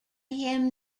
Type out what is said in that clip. him